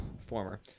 former